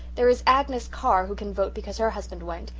there is agnes carr who can vote because her husband went.